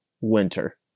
winter